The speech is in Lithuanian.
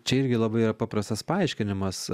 čia irgi labai yra paprastas paaiškinimas